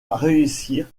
réussir